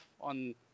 on